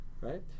Right